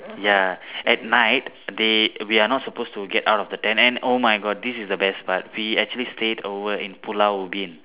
ya at night they we are not supposed to get out of the tent and oh my god this is the best part we actually stayed over in Pulau-Ubin